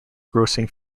grossing